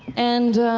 and